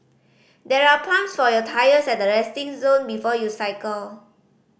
there are pumps for your tyres at the resting zone before you cycle